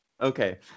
Okay